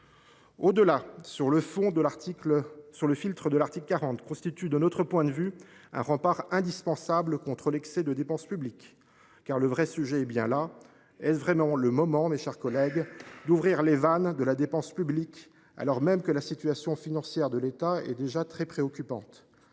Au delà, sur le fond, le filtre de l’article 40 constitue, de notre point de vue, un rempart indispensable contre l’excès de dépenses publiques. Le vrai sujet est bien là, mes chers collègues : est ce vraiment le moment d’ouvrir les vannes de la dépense publique, alors même que la situation financière de l’État est déjà très préoccupante ?